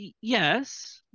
Yes